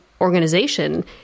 organization